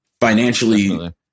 financially